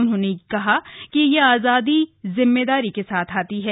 उन्होंने कहा कि यह आजादी जिम्मेदारी के साथ आती है